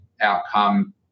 outcome